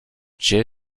jay